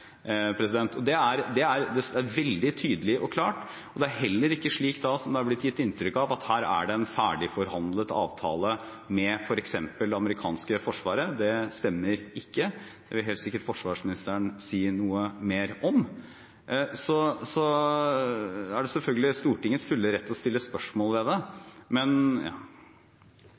Det er veldig tydelig og klart. Og det er heller ikke slik, som det har blitt gitt inntrykk av, at det er en ferdigforhandlet avtale med f.eks. det amerikanske forsvaret. Det stemmer ikke. Det vil helt sikkert forsvarsministeren si noe mer om. Så er Stortinget selvfølgelig i sin fulle rett til å stille spørsmål ved dette. Då saka vart behandla i Stortinget 4. juni 2018, var det